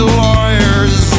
lawyers